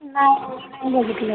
नाही ओ नाही बघितलं